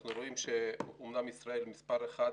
אנחנו רואים שאמנם ישראל היא מספר אחת